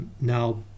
now